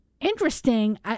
interesting